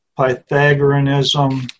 Pythagoreanism